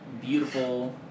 beautiful